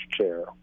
chair